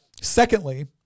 Secondly